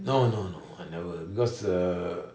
no no no I have never because err